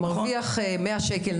מרוויח 100 שקל,